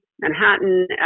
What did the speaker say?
Manhattan